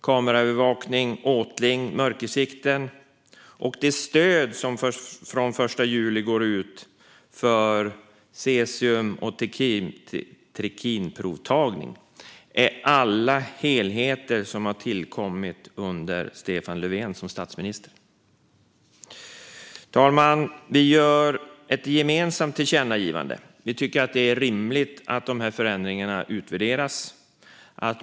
Kameraövervakning, åtling, mörkersikten och det stöd som från den 1 juli utgår för cesium och trikinprovtagning är alla helheter som har tillkommit under Stefan Löfven som statsminister. Fru talman! Vi gör ett gemensamt tillkännagivande. Vi tycker att det är rimligt att dessa förändringar utvärderas.